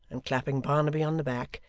and clapping barnaby on the back,